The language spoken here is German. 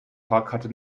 fahrkarte